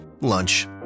lunch